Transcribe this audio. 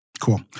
Cool